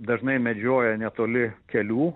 dažnai medžioja netoli kelių